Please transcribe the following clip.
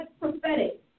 prophetic